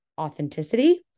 authenticity